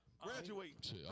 Graduate